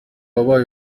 wabaye